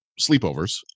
sleepovers